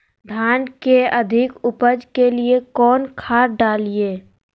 धान के अधिक उपज के लिए कौन खाद डालिय?